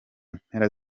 mpera